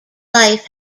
life